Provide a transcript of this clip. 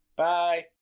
Bye